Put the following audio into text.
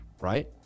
right